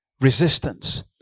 resistance